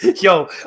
yo